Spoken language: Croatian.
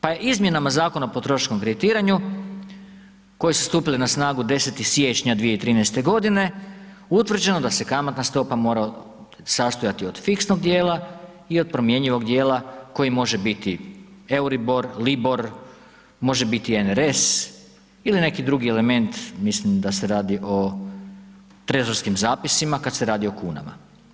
Pa je izmjenama Zakona o potrošačkom kreditiranju koji su stupili na snagu 10. siječnja 2013. godine utvrđeno da se kamatna stopa mora sastojati od fiksnog dijela i od promjenjivog dijela koji može biti EURIBOR, LIBOR, može biti NRS ili neki drugi element, mislim da se radi o trezorskim zapisima kad se radi o kunama.